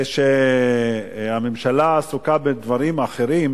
זה שהממשלה עסוקה בדברים אחרים,